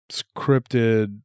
scripted